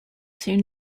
soon